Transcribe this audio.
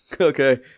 Okay